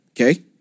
okay